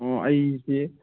ꯑꯣ ꯑꯩꯁꯤ